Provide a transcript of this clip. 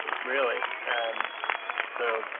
really. and so,